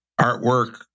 artwork